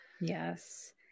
Yes